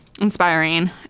inspiring